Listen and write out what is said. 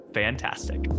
fantastic